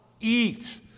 eat